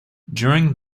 during